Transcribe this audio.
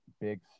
big